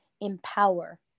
empower